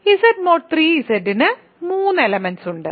Z mod 3Zന് 3 elements ഉണ്ട്